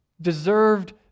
deserved